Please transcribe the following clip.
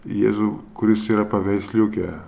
jėzų kuris yra paveiksliuke